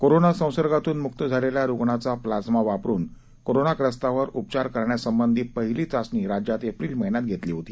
corona संसर्गातून मुक्त झालेल्या रुग्णाचा प्लाझ्मा वापरून कोरोनाग्रस्तावर उपचार करण्यासंबंधी पहिली चाचणी राज्यात एप्रिल महिन्यात घेतली होती